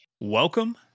welcome